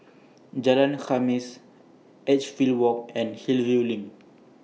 Jalan Khamis Edgefield Walk and Hillview LINK